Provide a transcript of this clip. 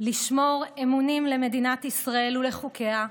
לשמור אמונים למדינת ישראל ולחוקיה,